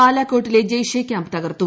ബലാകോട്ടിലെ Jaish camp തകർത്തു